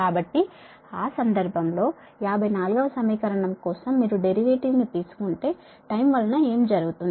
కాబట్టి ఆ సందర్భంలో 54 వ సమీకరణం కోసం మీరు డెరివేటివ్ ను తీసుకుంటే టైమ్ వలన ఏమి జరుగుతుంది